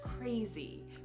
crazy